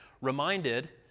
reminded